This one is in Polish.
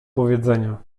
powiedzenia